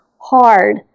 hard